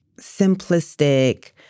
simplistic